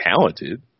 talented